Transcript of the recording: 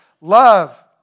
love